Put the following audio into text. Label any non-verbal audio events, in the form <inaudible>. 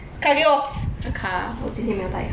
我的卡我今天没有带卡 <laughs>